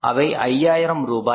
அவை 5000 ரூபாய்